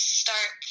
start